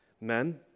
Men